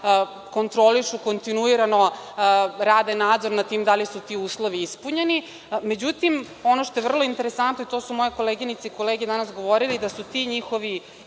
kontrolišu kontinuirano, rade nadzor nad tim da li su ti uslovi ispunjeni. Međutim, ono što je vrlo interesantno, to su moje koleginice i kolege danas govorili, da su ti njihovi